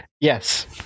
yes